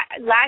last